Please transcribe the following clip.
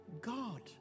God